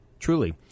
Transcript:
Truly